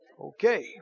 Okay